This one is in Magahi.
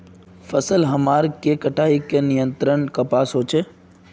फसल हमार के कटाई का नियंत्रण कपास होचे?